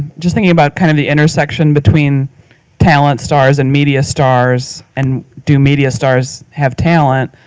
just thinking about kind of the intersection between talent stars and media stars and do media stars have talent,